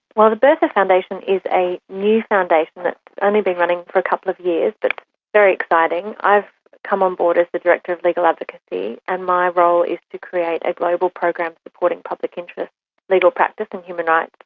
well, the bertha foundation is a new foundation, it's only been running for a couple of years, but very exciting, i've come on board as the director of legal advocacy and my role is to create a global program supporting public interest legal practice and human rights,